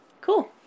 Cool